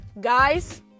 Guys